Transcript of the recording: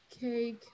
cake